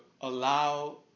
allow